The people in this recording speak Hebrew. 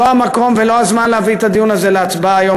זה לא המקום ולא הזמן להביא את הדיון הזה להצבעה היום,